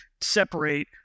separate